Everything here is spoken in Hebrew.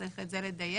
צריך את זה לדייק